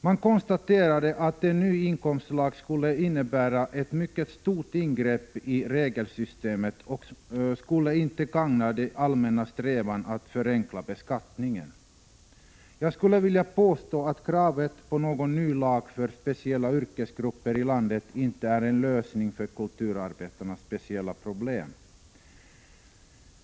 Man konstaterade att en ny inkomstlag skulle innebära ett mycket stort ingrepp i regelsystemet och inte skulle gagna den allmänna strävan att förenkla beskattningen. Jag skulle vilja påstå att kravet på en ny lag för speciella yrkesgrupper i landet inte är en lösning av kulturarbetarnas speciella problem.